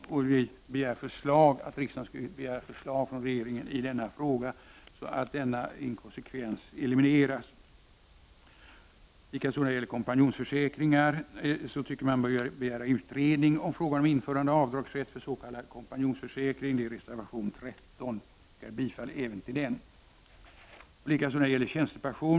Därför har vi begärt att riksdagen hos regeringen skall be om förslag i denna fråga, så att inkonsekvensen elimineras. Jag yrkar bifall till reservationen. När det gäller kompanjonsförsäkringar, reservation 13, anser vi att en utredning bör göras beträffande frågan om införande av en avdragsrätt. Jag yrkar bifall till reservationen. Reservation 14 gäller tjänstepension.